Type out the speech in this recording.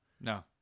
No